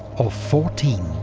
of fourteen.